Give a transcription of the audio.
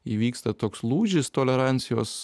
įvyksta toks lūžis tolerancijos